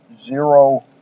zero